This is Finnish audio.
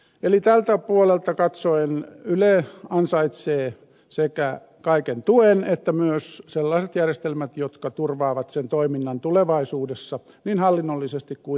eli tältä puolelta katsoen yle ansaitsee sekä kaiken tuen että myös sellaiset järjestelmät jotka turvaavat sen toiminnan tulevaisuudessa niin hallinnollisesti kuin taloudellisestikin